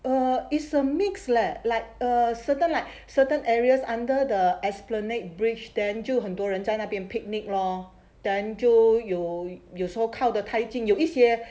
err is a mix leh like err certain like certain areas under the esplanade bridge then 就很多人在那边 picnic lor 就有有时候靠得太近有一些